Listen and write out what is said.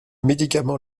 médicament